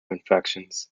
infections